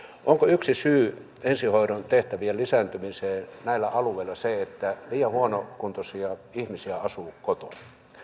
onko yksi syy ensihoidon tehtävien lisääntymiseen näillä alueilla se että liian huonokuntoisia ihmisiä asuu kotona